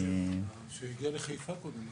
שיגיע לחיפה קודם.